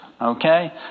Okay